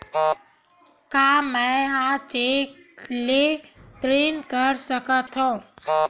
का मैं ह चेक ले ऋण कर सकथव?